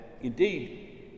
Indeed